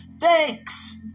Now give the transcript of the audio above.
thanks